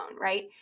right